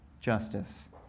justice